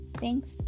Thanks